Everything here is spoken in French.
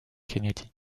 kennedy